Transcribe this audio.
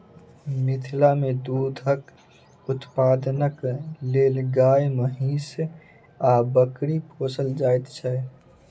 मिथिला मे दूधक उत्पादनक लेल गाय, महीँस आ बकरी पोसल जाइत छै